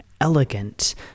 elegant